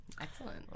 Excellent